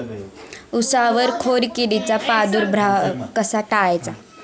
उसावर खोडकिडीचा प्रादुर्भाव कसा टाळायचा?